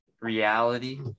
reality